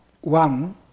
one